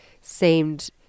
seemed